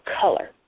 color